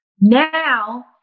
now